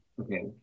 Okay